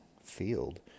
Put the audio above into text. field